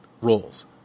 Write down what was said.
roles